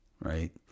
right